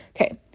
okay